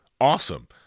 awesome